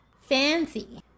Fancy